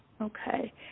Okay